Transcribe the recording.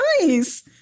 nice